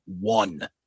one